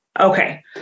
Okay